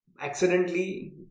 Accidentally